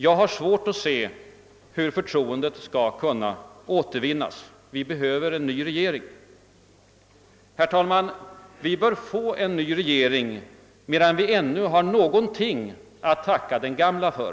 Jag har svårt att se hur förtroendet skall kunna återvinnas. Vi behöver en ny regering. Herr talman! Vi bör få en ny regering, medan vi ännu har någonting att tacka den gamla för!